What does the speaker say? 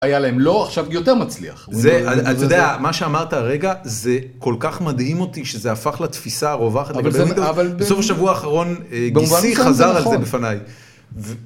היה להם לא עכשיו יותר מצליח זה מה שאמרת הרגע זה כל כך מדהים אותי שזה הפך לתפיסה הרווחת אבל בסוף השבוע האחרון גיסי חזר על זה בפניי